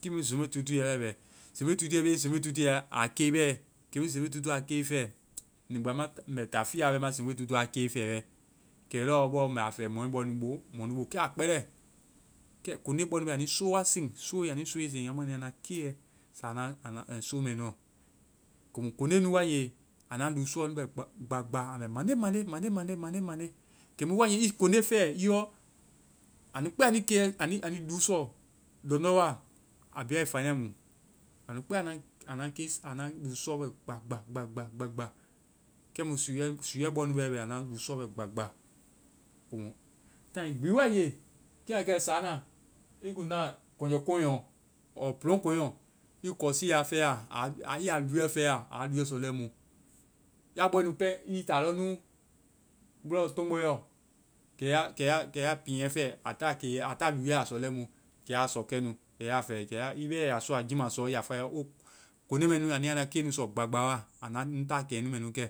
Kiimu zembetutuɛ wae bɛ. Zembetutuɛ i be zembetutuɛ a kei bɛ-kɛmu i zembetutu a kei fɛ, nigba ma-mbɛ ta fia lɔ ma zembetutu a kei fɛ wɛɛ. Kɛ lɔ bɔ mɛ a fɛ mɔɛ bɔ nu bo, mɔnu bo. Kɛ a kpɛlɛ! Kɛ koŋnde bɔ nu, anui sɔ wa seŋ. Sooe! Anui soo wa seŋ anui keiyɛ sa anua soo mɛ nuɔ. Komu koŋnde nu wae nge, anua luu sɔ bɛ gba, gba. Mande, mande, mande, mande, mande. Kɛmu wae i koŋnde fɛ i yɔ anu kpɛɛ anui luusɔ lɔŋdɔ wa, a bi wae fania mu. Anu kpɛɛ anua kei-anua luusɔ bɛ gba, gba, gba, gba, gba, gba. Kɛmu suuɛ-suuɛ bɔ nu pɛ bɛ. Anua luusɔ bɛ gba, gba. taaŋ gbi wae nge, kiimu a bɛ kɛ, saana i kuŋ na kɔnjɛ kɔŋnɛ lɔ ɔɔ kɔŋnɛ. I kɔsia fɛ ya ɔɔ a-a i ya luuɛ fɛ ya. Aa luuɛ sɔ lɛimu. Ya bɔe nu pɛ i ta lɔɔ nu tɔmgbɔɛ yɔ. Kɛ ya-ya piiŋɛ fɛ a ta kei- a ta luuɛ a sɔ lɛimu. Kɛ ya sɔ kɛnu. Kɛ ya fɛ. Kɛ ya-i bɛ i ya sɔa jiimasɔa, i yɔ o, koŋnde mɛ nu nu anu ya nua keŋ nu sɔ gba, gba wa. Ana-ŋ ta keŋ nu mɛ nu kɛ.